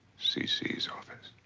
c c s office.